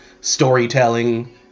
storytelling